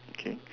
okay